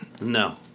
No